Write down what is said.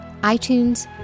iTunes